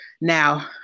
Now